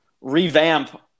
revamp